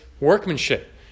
workmanship